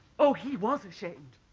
oh he was ashamed